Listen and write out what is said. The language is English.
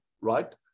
right